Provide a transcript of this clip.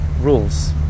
rules